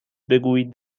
بگویید